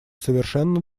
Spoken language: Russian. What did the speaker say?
совершенно